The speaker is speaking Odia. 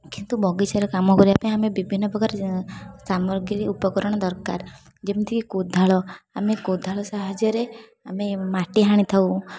କିନ୍ତୁ ବଗିଚାରେ କାମ କରିବା ପାଇଁ ଆମେ ବିଭିନ୍ନ ପ୍ରକାର ସାମଗ୍ରୀ ଉପକରଣ ଦରକାର ଯେମିତି କି କୋଧାଳ ଆମେ କୋଧାଳ ସାହାଯ୍ୟରେ ଆମେ ମାଟି ହାଣିଥାଉ